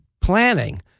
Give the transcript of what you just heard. planning